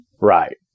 Right